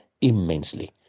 immensely